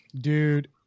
Dude